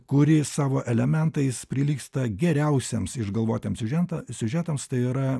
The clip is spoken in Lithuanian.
kuri savo elementais prilygsta geriausiems išgalvotiems siužeto siužetams tai yra